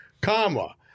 comma